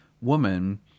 woman